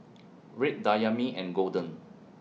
Red Dayami and Golden